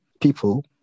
people